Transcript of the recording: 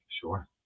Sure